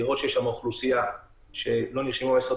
לראות שיש שם אוכלוסייה שלא נרשמה במשרד